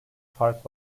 fark